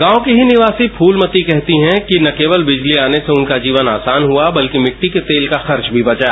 गांव की ही निवासी फूलमती कहती हैं कि न केवल बिजली आने से उनका जीवन आसान हुआ बल्कि मिट्टी के तेल का खर्च भी बचा